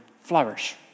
flourish